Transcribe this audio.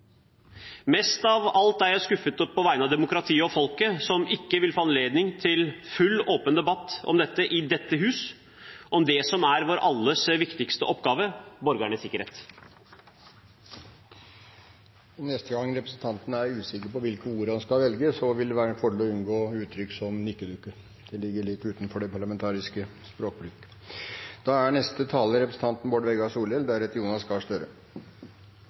Mest av alt er jeg skuffet på vegne av demokratiet og folket, som ikke vil få anledning til full åpen debatt om dette i dette hus, om det som er vår viktigste oppgave: borgernes sikkerhet. Neste gang representanten er usikker på hvilke ord han skal velge, vil det være en fordel å unngå uttrykk som «nikkedukke». Det ligger litt utenfor den parlamentariske språkbruken. SV er einig med mindretalet i presidentskapet i denne saka. Tidlegare talarar – ikkje minst representanten